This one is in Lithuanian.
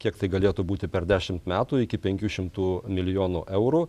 kiek tai galėtų būti per dešimt metų iki penkių šimtų milijonų eurų